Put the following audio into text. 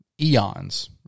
eons